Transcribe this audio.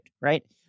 right